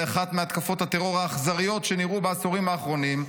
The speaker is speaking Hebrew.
באחת מהתקפות הטרור האכזריות שנראו בעשורים האחרונים,